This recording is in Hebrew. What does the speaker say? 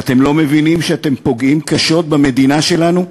אתם לא מבינים שאתם פוגעים קשות במדינה שלנו?